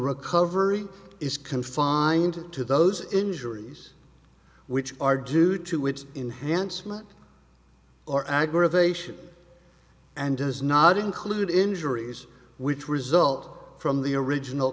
recovery is confined to those injuries which are due to it's enhanced much or aggravation and does not include injuries which result from the original